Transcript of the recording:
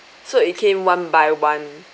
so it came one by one